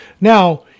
Now